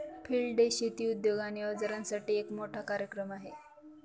field day शेती उद्योग आणि अवजारांसाठी एक मोठा कार्यक्रम आहे